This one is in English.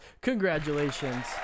Congratulations